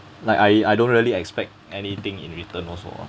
like I I don't really expect anything in return also